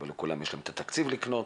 לא לכולם יש את התקציב לקנות,